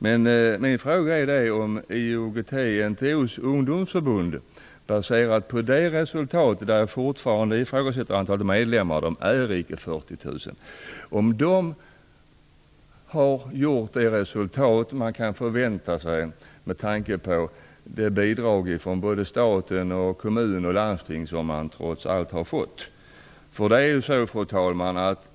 Men min fråga gäller då IOGT-NTO:s ungdomsförbund och dess medlemsantal, för det är inte fråga om några 40 000: Har man åstadkommit det resultat som kan förväntas med tanke på de bidrag från stat, kommuner och landsting som man trots allt har fått?